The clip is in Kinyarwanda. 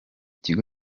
kigo